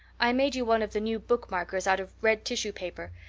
i made you one of the new bookmarkers out of red tissue paper.